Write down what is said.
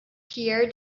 pierre